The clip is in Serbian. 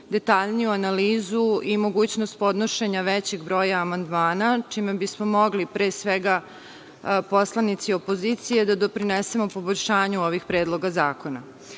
detaljniju analizu i mogućnost podnošenja većeg broja amandmana, čime bismo mogli pre svega, poslanici opozicije, da doprinesemo poboljšanju ovih predloga zakona.